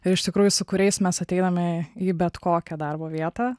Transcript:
ir iš tikrųjų su kuriais mes ateiname į bet kokią darbo vietą